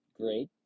great